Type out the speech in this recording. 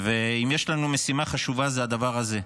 ואם יש לנו משימה חשובה, היא הדבר הזה,